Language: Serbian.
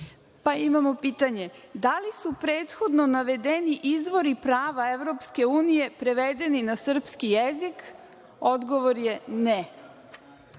pa imamo pitanje – da li su prethodno navedeni izvori prava Evropske unije prevedeni na srpski jezik. Odgovor je –